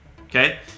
okay